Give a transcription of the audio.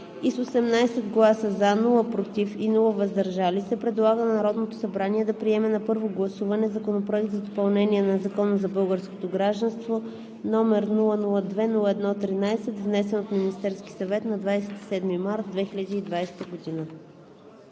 с 18 гласа „за“, без „против“ и „въздържал се“ предлага на Народното събрание да приеме на първо гласуване Законопроект за допълнение на Закона за българското гражданство, № 002-01-13, внесен от Министерския съвет на 27 март 2020 г.“